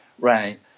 right